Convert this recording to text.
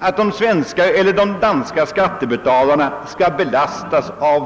att flygfältet skall belasta vare sig de danska eller de svenska skattebetalarna.